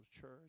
church